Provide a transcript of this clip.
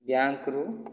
ବ୍ୟାଙ୍କ୍ରୁ